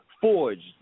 Forged